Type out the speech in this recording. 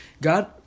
God